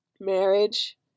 Marriage